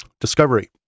Discovery